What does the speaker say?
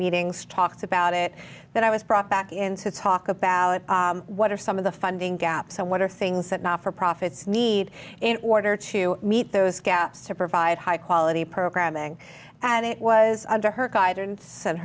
meetings talks about it that i was brought back in to talk about what are some of the funding gap so what are things that not for profits need in order to meet those gaps to provide high quality programming and it was under her guidance and